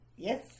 yes